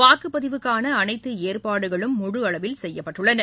வாக்குப்பதிவுக்கான அனைத்து ஏற்பாடுகளும் முழுஅளவில் செய்யப்பட்டுள்ளன